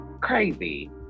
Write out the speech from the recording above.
Crazy